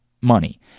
money